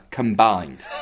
combined